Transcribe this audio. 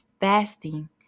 Fasting